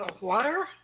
water